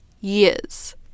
years